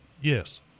Yes